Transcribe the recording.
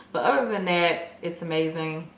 than that, it's amazing.